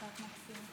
חברת הכנסת מירב כהן,